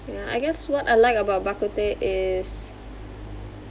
ya I guess what I like about bak kut teh is